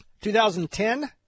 2010